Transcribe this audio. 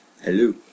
Hello